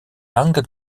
lange